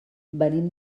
venim